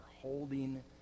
holding